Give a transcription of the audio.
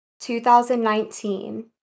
2019